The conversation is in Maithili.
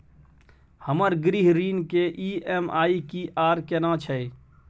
हमर गृह ऋण के ई.एम.आई की आर केना छै?